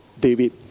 David